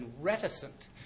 reticent